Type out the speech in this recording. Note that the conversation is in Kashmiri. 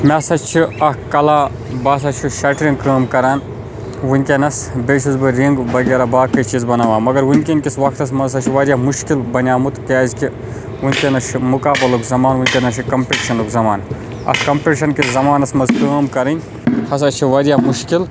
مےٚ ہَسا چھِ اکھ کلا بہٕ ہَسا چھُس شَٹرِنٛگ کٲم کَران وٕنۍکٮ۪نَس بیٚیہِ چھُس بہٕ رِنٛگ وغیرہ باقٕے چیٖز بَناوان مگر وٕنۍکٮ۪ن کِس وقتَس منٛز ہَسا چھُ واریاہ مُشکل بَنیومُت کیازکہِ وٕنۍکٮ۪نَس چھُ مُقابلُک زمانہٕ وٕنۍکٮ۪نَس چھُ کَمپیٹشَنُک زمانہٕ اتھ کَمپیٹشَن کِس زَمانَس مَنٛز کٲم کَرٕنۍ ہَسا چھِ واریاہ مُشکل